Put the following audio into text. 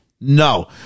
No